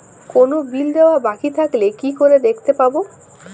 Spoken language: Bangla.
কোনো বিল দেওয়া বাকী থাকলে কি করে দেখতে পাবো?